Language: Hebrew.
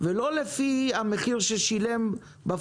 איך השלימו משכנתאות?